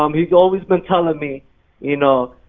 um he's always been telling me you know,